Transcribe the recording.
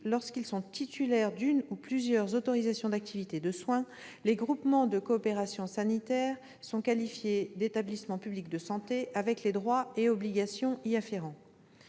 lorsqu'ils sont titulaires d'une ou plusieurs autorisations d'activités de soins, les groupements de coopération sanitaire sont qualifiés d'établissements publics de santé avec les droits et obligations y afférents.